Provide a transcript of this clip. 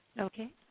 Okay